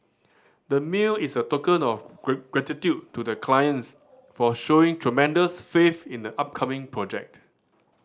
the is a token of gratitude to the clients for showing tremendous faith in the upcoming project